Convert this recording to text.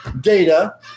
data